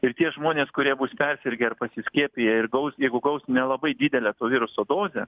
ir tie žmonės kurie bus persirgę ar pasiskiepiję ir gaus jeigu gaus nelabai didelę to viruso dozę